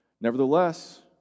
Nevertheless